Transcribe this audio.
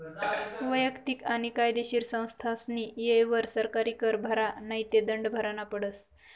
वैयक्तिक आणि कायदेशीर संस्थास्नी येयवर सरकारी कर भरा नै ते दंड भरना पडस